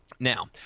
Now